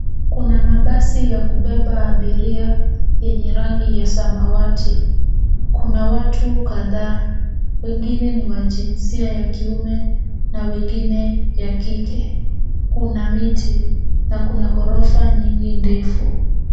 Kuna mabasi ya kubeba abiria yenye rangi ya samawati. Kuna watu kadhaa, wengine ni wa jinsia ya kiume na wengine ya kike. Kuna miti na kuna ghorofa nyingi ndefu.